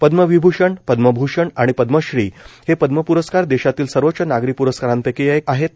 पद्म विभूषण पद्मभूषण आणि पद्मश्री ह पद्म प्रस्कार दशातील सर्वोच्च नागरी प्रस्कारांपैकी एक आहप्रा